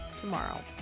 tomorrow